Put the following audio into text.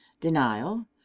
denial